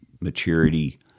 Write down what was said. maturity